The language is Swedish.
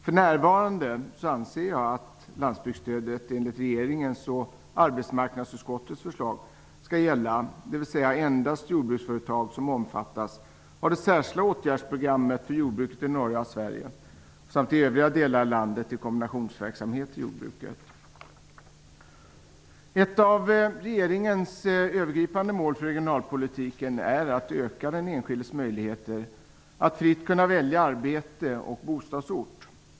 För närvarande anser jag att landsbygdsstödet enligt regeringens och arbetsmarknadsutskottets förslag skall gälla, dvs. stödet skall endast gå till jordbruksföretag som omfattas av det särskilda åtgärdsprogrammet för jordbruket i norra Sverige samt till kombinationsverksamhet i jordbruket i övriga delar av landet. Ett av regeringens övergripande mål för regionalpolitiken är att öka den enskildes möjligheter att fritt kunna välja arbete och bostadsort.